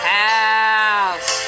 house